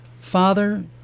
Father